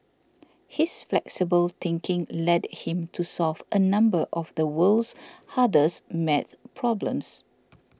his flexible thinking led him to solve a number of the world's hardest math problems